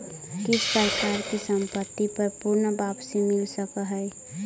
किस प्रकार की संपत्ति पर पूर्ण वापसी मिल सकअ हई